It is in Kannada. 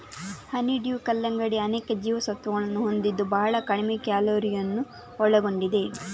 ಹನಿಡ್ಯೂ ಕಲ್ಲಂಗಡಿ ಅನೇಕ ಜೀವಸತ್ವಗಳನ್ನು ಹೊಂದಿದ್ದು ಬಹಳ ಕಡಿಮೆ ಕ್ಯಾಲೋರಿಯನ್ನು ಒಳಗೊಂಡಿದೆ